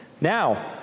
Now